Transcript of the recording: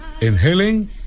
inhaling